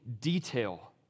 detail